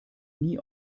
nie